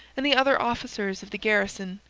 and the other officers of the garrison,